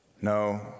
No